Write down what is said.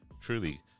truly